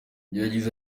yagize